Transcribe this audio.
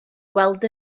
weld